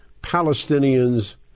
Palestinians